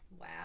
wow